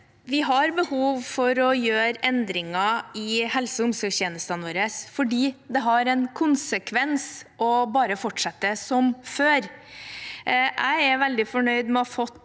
Vi har behov for å gjøre endringer i helse- og omsorgstjenestene våre fordi det har en konsekvens bare å fortsette som før. Jeg er veldig fornøyd med å ha